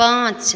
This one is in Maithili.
पाँच